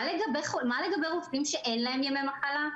מה לגבי רופאים שאין להם ימי מחלה?